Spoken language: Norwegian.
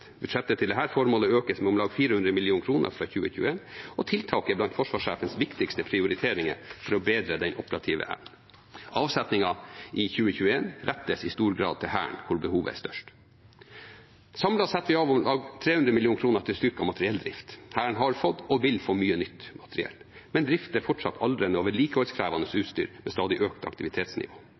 Budsjettet til dette formålet økes med om lag 400 mill. kr fra 2021, og tiltaket er blant forsvarssjefens viktigste prioriteringer for å bedre den operative evnen. Avsetningen i 2021 rettes i stor grad til Hæren, hvor behovet er størst. Samlet setter vi av 300 mill. kr til styrket materielldrift. Hæren har fått og vil få mye nytt materiell, men drifter fortsatt aldrende og vedlikeholdskrevende utstyr ved stadig økt aktivitetsnivå.